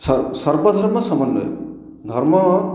ସ ସର୍ବଧର୍ମ ସମ୍ମନେ ଧର୍ମ